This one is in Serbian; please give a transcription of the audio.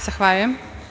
Zahvaljujem.